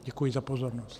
Děkuji za pozornost.